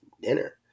dinner